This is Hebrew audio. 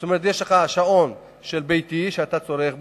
זאת אומרת, יש לך שעון ביתי, שאתה צורך,